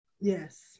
Yes